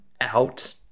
out